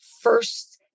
first